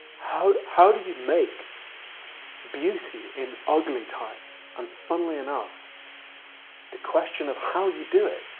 how how do you make beauty in ugly times? and funnily enough the question of how you do it